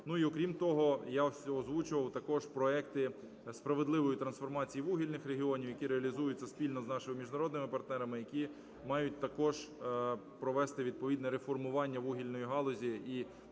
Ну, і окрім того, я ось озвучував також проекти справедливої трансформації вугільних регіонів, які реалізуються спільно з нашими міжнародними партнерами, які мають також провести відповідне реформування вугільної галузі